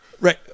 Right